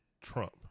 Trump